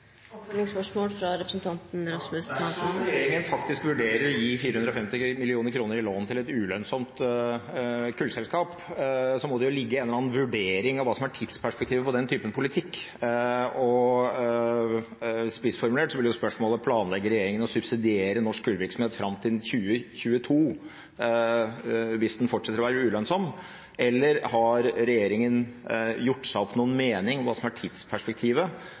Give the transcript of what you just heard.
regjeringen faktisk vurderer å gi 450 mill. kr i lån til et ulønnsomt kullselskap, må det ligge en eller annen vurdering av hva som er tidsperspektivet på den typen politikk. Spissformulert blir spørsmålet: Planlegger regjeringen å subsidiere norsk kullvirksomhet fram til 2022 hvis den fortsetter å være ulønnsom, eller har regjeringen gjort seg opp noen mening om hva som er tidsperspektivet